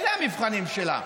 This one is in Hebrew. אלה המבחנים שלה.